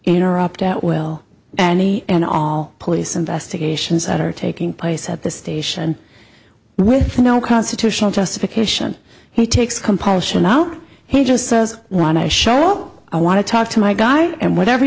interrupt at will and any and all police investigations that are taking place at this station with no constitutional justification he takes compulsion now he just says want to show up i want to talk to my guy and whatever